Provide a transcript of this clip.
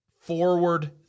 Forward